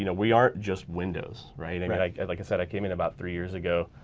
you know we aren't just windows, right? i mean like i like said i came in about three years ago.